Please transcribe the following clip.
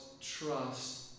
trust